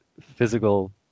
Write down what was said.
physical